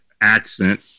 accent